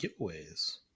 giveaways